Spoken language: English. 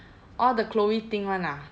orh the chloe ting [one] ah